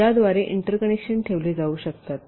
ज्याद्वारे इंटरकनेक्शन ठेवले जाऊ शकतात